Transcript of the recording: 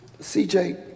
CJ